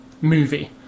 movie